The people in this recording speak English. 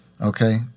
okay